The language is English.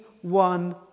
one